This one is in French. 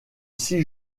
six